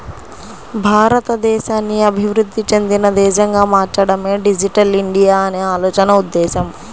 భారతదేశాన్ని అభివృద్ధి చెందిన దేశంగా మార్చడమే డిజిటల్ ఇండియా అనే ఆలోచన ఉద్దేశ్యం